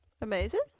Amazing